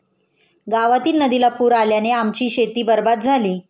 गावातील नदीला पूर आल्याने आमची शेती बरबाद झाली